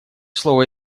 слово